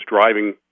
driving